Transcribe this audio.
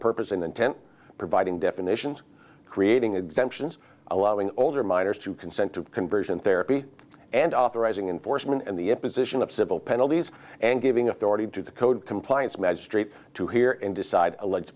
purpose and intent providing definitions creating exemptions allowing older minors to consent to conversion therapy and authorizing enforcement and the imposition of civil penalties and giving authority to the code compliance magistrate to hear and decide alleged